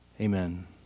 Amen